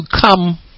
come